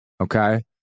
okay